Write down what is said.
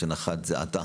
נחת זה עתה